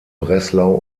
breslau